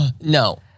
No